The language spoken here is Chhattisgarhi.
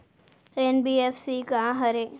एन.बी.एफ.सी का हरे?